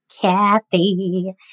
Kathy